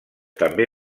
també